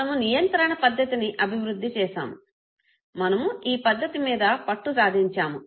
మనము నియంత్రణ పద్ధతిని అభివృద్ధి చేసాము మనము ఈ పద్ధతి మీద పట్టు సాధించాము